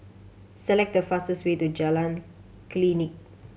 select the fastest way to Jalan Klinik